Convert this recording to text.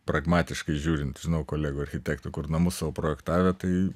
pragmatiškai žiūrint žinau kolegų architektų kur namus sau projektavę tai